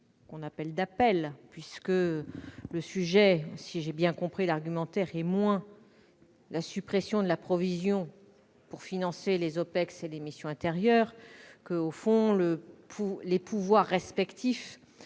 un amendement d'appel, puisque le sujet, si j'ai bien compris l'argumentaire, est moins la suppression de la provision pour financer les OPEX et les missions intérieures que les pouvoirs respectifs